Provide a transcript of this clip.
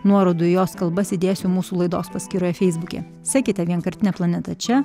nuorodų į jos kalbas įdėsiu mūsų laidos paskyroje feisbuke sekite vienkartinė planeta čia